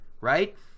right